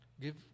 give